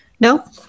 No